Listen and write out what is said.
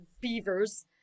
beavers